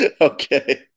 Okay